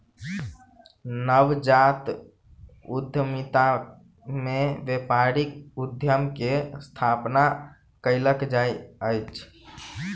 नवजात उद्यमिता में व्यापारिक उद्यम के स्थापना कयल जाइत अछि